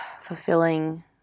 fulfilling